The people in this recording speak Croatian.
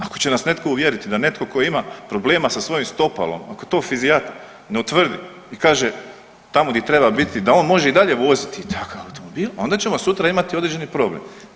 Ako će nas netko uvjeriti da netko tko ima problema sa svojim stopalom, ako je to fizijatar ne utvrdi i kaže, tamo di treba biti da on može i dalje voziti takav automobil onda ćemo sutra imati određeni problem.